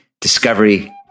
discovery